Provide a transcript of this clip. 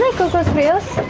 cocos frios!